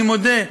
אני מודה,